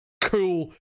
cool